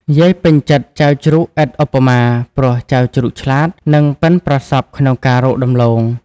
យាយពេញចិត្ដចៅជ្រូកឥតឧបមា ព្រោះចៅជ្រូកឆ្លាត និងប៉ិនប្រសប់ក្នុងការរកដំឡូង។